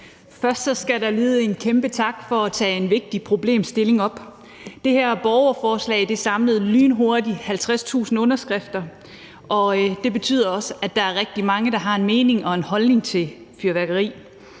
Først skal der lyde en kæmpe tak for at tage en vigtig problemstilling op. Det her borgerforslag samlede lynhurtigt 50.000 underskrifter, og det betyder også, at der er rigtig mange, der har en mening og en holdning til fyrværkeri.